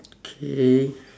okay